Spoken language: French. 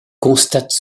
constate